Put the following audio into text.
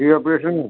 କି ଅପରେସନ୍